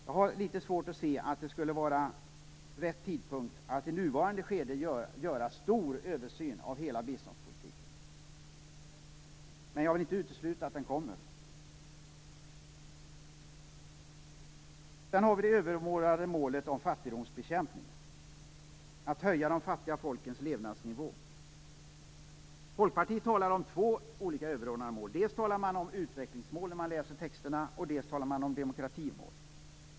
Jag har litet svårt att se att det nu skulle vara rätta tidpunkten för att göra en stor översyn av hela biståndspolitiken, men jag vill inte utesluta att en sådan kommer. Sedan har vi det överordnade målet om fattigdomsbekämpningen. Det handlar om att höja de fattiga folkens levnadsnivå. Folkpartiet talar om två olika överordnade mål. Man talar dels om utvecklingsmål i samband med texterna, dels om demokratimål.